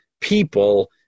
people